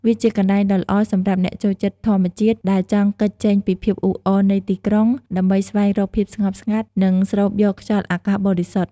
វាជាកន្លែងដ៏ល្អសម្រាប់អ្នកចូលចិត្តធម្មជាតិ ដែលចង់គេចចេញពីភាពអ៊ូអរនៃទីក្រុង ដើម្បីស្វែងរកភាពស្ងប់ស្ងាត់ និងស្រូបយកខ្យល់អាកាសបរិសុទ្ធ។